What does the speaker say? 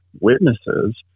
witnesses